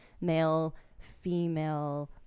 male-female